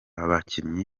abakinnyi